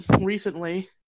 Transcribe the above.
recently